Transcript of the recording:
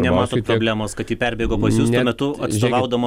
nematot problemos kad ji perbėgo pas jus tuo metu atstovaudama